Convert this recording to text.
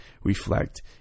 reflect